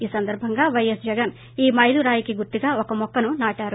ఈ సందర్భంగా ప్రైఎస్ జగన్ ఈ మైలురాయికి గుర్తుగా ఒక మొక్కను నాటారు